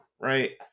right